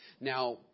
Now